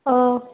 ꯑꯥ